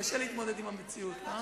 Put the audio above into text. קשה להתמודד עם המציאות.